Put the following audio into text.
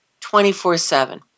24-7